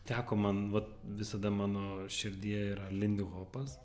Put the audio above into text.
teko man vat visada mano širdyje yra lindihopas